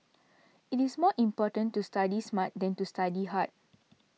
it is more important to study smart than to study hard